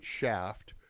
shaft